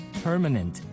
permanent